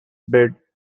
bid